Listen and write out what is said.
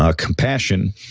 ah compassion.